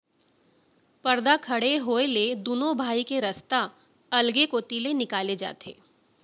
परदा खड़े होए ले दुनों भाई के रस्ता अलगे कोती ले निकाले जाथे